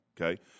okay